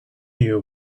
you